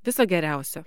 viso geriausio